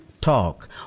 talk